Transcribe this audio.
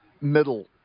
middle